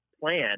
plan